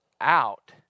out